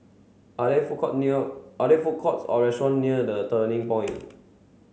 are there food court near are there food courts or restaurant near The Turning Point